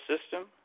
system